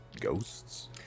ghosts